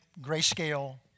grayscale